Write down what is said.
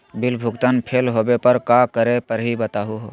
Bill भुगतान fail होवे पर का करै परही, बताहु हो?